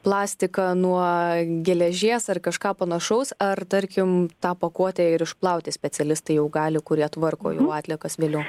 plastiką nuo geležies ar kažką panašaus ar tarkim tą pakuotę ir išplauti specialistai jau gali kurie tvarko jau atliekas vėliau